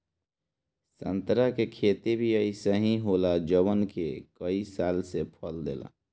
संतरा के खेती भी अइसे ही होला जवन के कई साल से फल देला